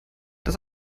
das